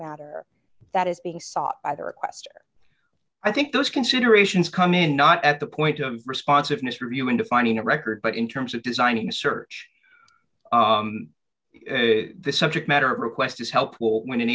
matter that is being sought by the request i think those considerations come in not at the point of responsiveness review into finding a record but in terms of designing a search the subject matter request is helpful when an